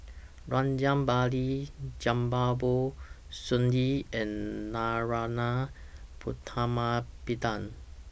Rajabali Jumabhoy Sun Yee and Narana Putumaippittan